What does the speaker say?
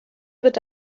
wird